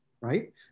right